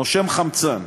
נושם חמצן.